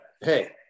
hey